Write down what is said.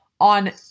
on